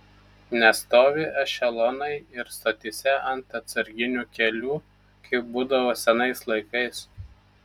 nestovi ešelonai ir stotyse ant atsarginių kelių kaip būdavo senais laikais